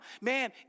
Man